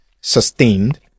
sustained